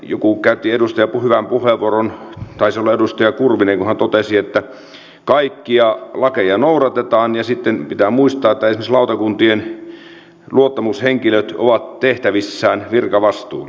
joku edustaja käytti hyvän puheenvuoron taisi olla edustaja kurvinen kun totesi että kaikkia lakeja noudatetaan ja sitten pitää muistaa että esimerkiksi lautakuntien luottamushenkilöt ovat tehtävissään virkavastuulla